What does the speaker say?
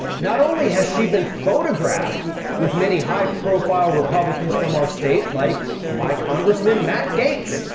not only has she been photographed with many high profile republicans from our state, like my congressman matt gaetz,